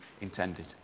intended